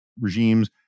regimes